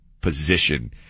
position